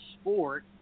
sport